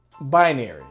Binary